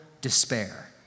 despair